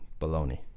baloney